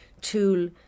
tool